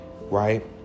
right